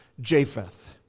Japheth